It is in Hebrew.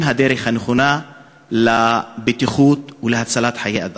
הדרך הנכונה לבטיחות ולהצלת חיי אדם.